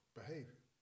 behavior